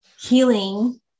healing